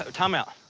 ah time-out.